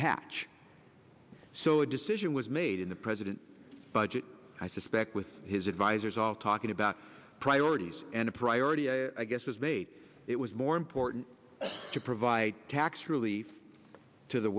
patch so a decision was made in the president budget i suspect with his advisors all talking about priorities and a priority i guess is made it was more important to provide tax relief to the